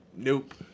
Nope